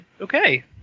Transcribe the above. Okay